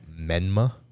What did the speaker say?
Menma